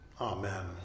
Amen